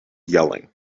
yelling